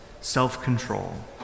self-control